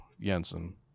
Jensen